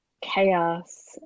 chaos